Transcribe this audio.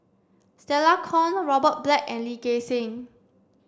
Stella Kon Robert Black and Lee Gek Seng